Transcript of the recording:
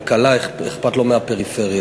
המים, הארנונה